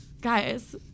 guys